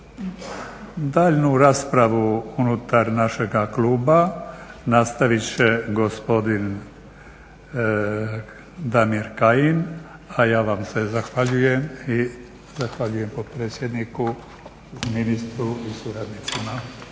Daljnju raspravu unutar našega kluba nastavit će gospodin Damir Kajin, a ja vam se zahvaljujem i zahvaljujem potpredsjedniku, ministru i suradnicima.